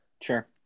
Sure